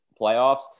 playoffs